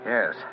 Yes